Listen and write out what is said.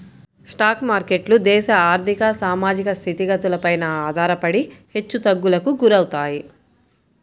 stock మార్కెట్లు దేశ ఆర్ధిక, సామాజిక స్థితిగతులపైన ఆధారపడి హెచ్చుతగ్గులకు గురవుతాయి